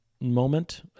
moment